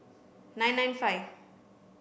nine nine five